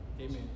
Amen